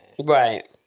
Right